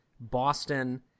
Boston